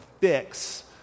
fix